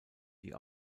die